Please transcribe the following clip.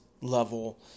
level